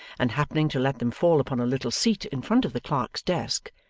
and happening to let them fall upon a little seat in front of the clerk's desk,